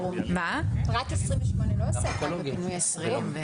פרט 28 לא עוסק רק בפינוי חירום.